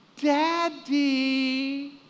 Daddy